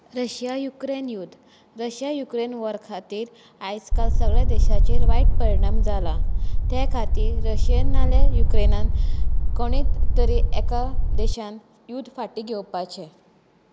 Russia Ukraine युद्ध जशें Ukraine war खातीर आयज काल सगळ्या देशाचेर वायट परिणाम जाला त्या खातीर रशियेन ना जाल्यार युक्रेनान कोणी तरी एका देशान युद्ध फाटी घेवपाचें